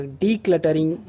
decluttering